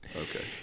Okay